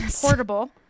portable